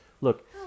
Look